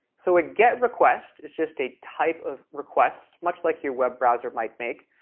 so a get request is just a type of request, much like your web browser might make,